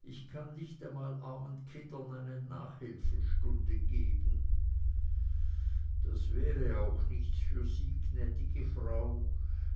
ich kann nicht mal armen kindern eine nachhilfestunde geben das wäre auch nichts für sie gnädige frau